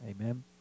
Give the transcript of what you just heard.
Amen